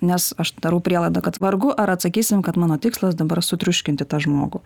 nes aš darau prielaidą kad vargu ar atsakysim kad mano tikslas dabar sutriuškinti tą žmogų